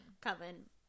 coven